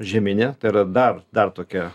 žieminė tai yra dar dar tokia